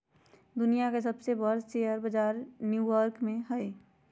दुनिया के सबसे बर शेयर बजार न्यू यॉर्क में हई